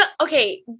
Okay